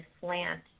slant